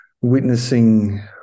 witnessing